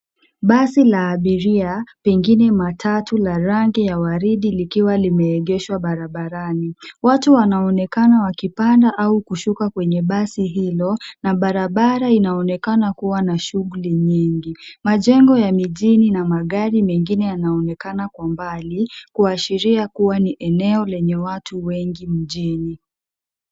Basi la abiria pengine matatu la rangi ya waridi likiwa limeegeshwa barabarani. Watu wanaonekana wakipanda au kushuka kwenye basi hilo na barabara inaonekana kuwa na shughuli nyingi. Majengo ya mijini na magari mengine yanaonekana kwa mbali kuashiria kuwa ni eneo lenye watu wengi mjini.